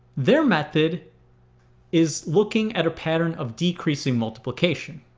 their method is looking at a pattern of decreasing multiplication.